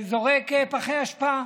וזורק פחי אשפה.